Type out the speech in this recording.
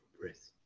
breath